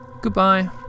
Goodbye